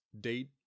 Date